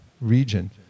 region